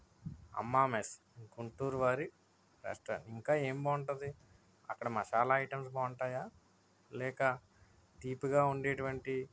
అమ్మ మెస్ గుంటూరు వారి రెస్టారంట్ ఇంకా ఏమి బాగుంటుంది అక్కడ మసాలా ఐటమ్స్ బాగుంటాయా లేదా తీపిగా ఉండేటటువంటి